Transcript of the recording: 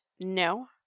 no